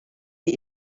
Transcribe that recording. sie